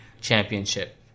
championship